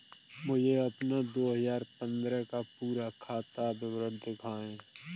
मुझे अपना दो हजार पन्द्रह का पूरा खाता विवरण दिखाएँ?